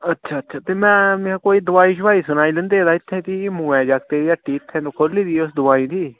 अच्छा अच्छा ते मैं मैं कोई दवाई शवाई सनाई लैंदे तै इत्थें टी मंगवाई जाकते दी हट्टी इत्थें उन्न खोह्ली दी ऐ दवाई दी